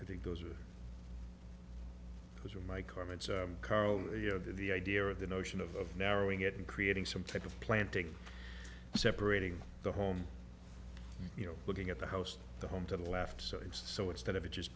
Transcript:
i think those are those are my comments karl you know the idea of the notion of narrowing it and creating some type of planting separating the home you know looking at the house the home to the left so it's so instead of just